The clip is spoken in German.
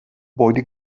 beide